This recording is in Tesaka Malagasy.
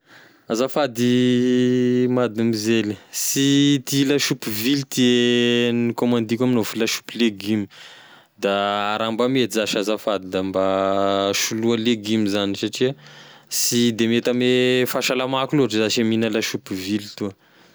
Azafady madimôzely, sy ity lasopy ty e nikômandiko amignao fa e lasopy legioma da raha mba mety zash azafady mba soloy legioma zany satria sy de mety ame fahasalamako loatry zashy e mihigna lasopy vily toa.